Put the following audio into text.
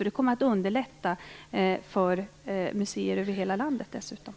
Det kommer att underlätta för museer över hela landet. Tack.